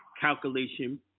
calculation